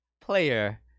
player